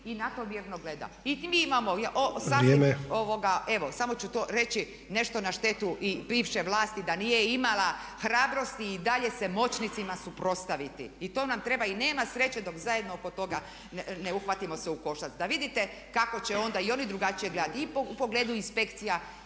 Vrijeme./… Evo samo ću to reći nešto na štetu i bivše vlasti da nije imala hrabrosti i dalje se moćnicima suprotstaviti i to nam treba. I nema sreće dok zajedno oko toga ne uhvatimo se u koštac da vidite kako će onda i oni drugačije gledati i u pogledu inspekcija